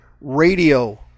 radio